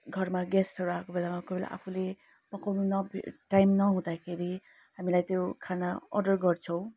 घरमा गेस्टहरू आएको बेलामा कोही बेला आफूले पकाउन न टाइम नहुँदाखेरि हामीलाई त्यो खाना अर्डर गर्छौँ